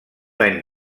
any